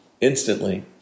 instantly